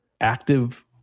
active